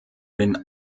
den